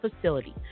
facility